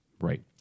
Right